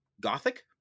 gothic